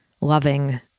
loving